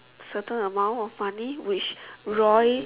certain amount of money which Roy